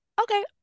okay